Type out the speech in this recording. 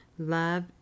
Love